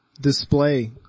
display